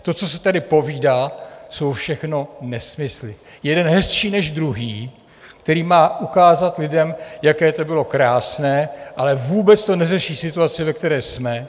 To, co se tady povídá, jsou všechno nesmysly, jeden hezčí než druhý, který má ukázat lidem, jaké to bylo krásné, ale vůbec to neřeší situaci, ve které jsme.